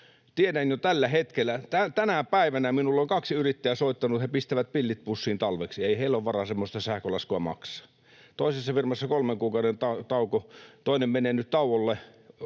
Tiedän jo tällä hetkellä, tänä päivänä minulle on kaksi yrittäjää soittanut, että he pistävät pillit pussiin talveksi. Ei heillä ole varaa semmoista sähkölaskua maksaa. Toisessa firmassa kolmen kuukauden tauko. Toinen menee nyt tauolle,